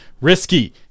risky